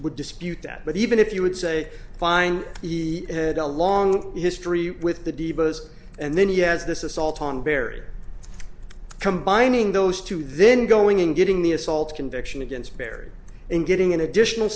would dispute that but even if you would say fine he had a long history with the divas and then he has this assault on barrier combining those two then going and getting the assault conviction against barry and getting an additional